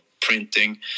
printing